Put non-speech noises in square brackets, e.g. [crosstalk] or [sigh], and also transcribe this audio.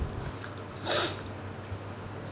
[noise]